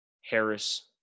Harris